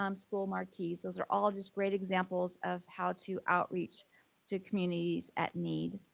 um school marquees. those are all just great examples of how to outreach to communities at need.